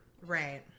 Right